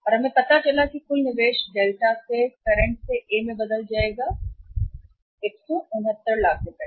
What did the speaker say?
और हमें पता चला कि कुल निवेश डेल्टा से करंट से ए में बदल जाएगा 169 लाख सही